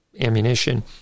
ammunition